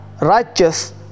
righteous